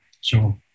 Sure